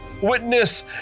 witness